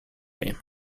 came